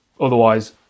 Otherwise